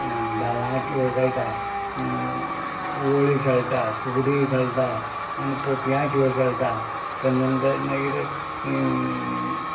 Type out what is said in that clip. धालां खेळ खेळटा वळी खेळटा फुगडी खेळटा आनी पोपयां खेळ खेळटा ताचे नंतर मागीर